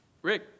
Rick